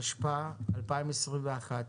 התשפ"א-2021.